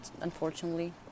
unfortunately